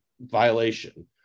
violation